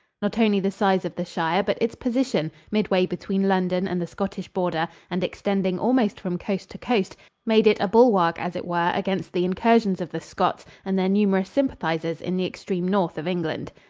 not only the size of the shire, but its position midway between london and the scottish border, and extending almost from coast to coast made it a bulwark, as it were, against the incursions of the scots and their numerous sympathizers in the extreme north of england.